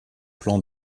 plans